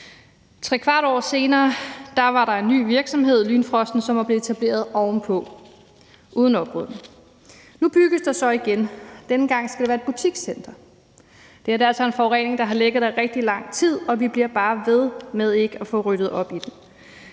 Trekvart år senere var der en ny virksomhed, Lynfrosten, som var blevet etableret ovenpå, uden oprydning. Nu bygges der så igen. Denne gang skal det være et butikscenter. Det her er altså en forurening, der har ligget der rigtig lang tid, og vi bliver bare ved med ikke at få ryddet op i det.